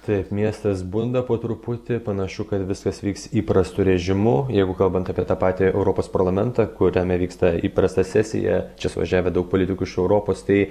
taip miestas bunda po truputį panašu kad viskas vyks įprastu režimu jeigu kalbant apie tą patį europos parlamentą kuriame vyksta įprasta sesija čia suvažiavę daug politikų iš europos tai